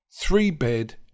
three-bed